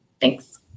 Thanks